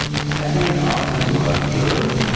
stephanie's answers were fluent,